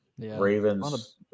Ravens